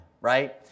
right